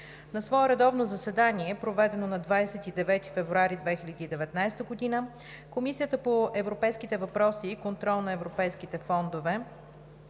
На свое редовно заседание, проведено на 27 февруари 2019 г., Комисията по европейските въпроси и контрол на европейските фондове